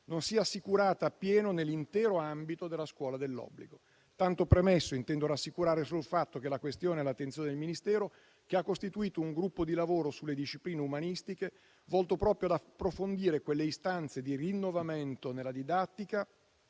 non sia assicurato appieno nell'intero ambito della scuola dell'obbligo. Tanto premesso, intendo rassicurare sul fatto che la questione è all'attenzione del Ministero, che ha costituito un gruppo di lavoro sulle discipline umanistiche volto proprio ad approfondire quelle istanze di rinnovamento nella didattica